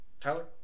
Tyler